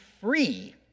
free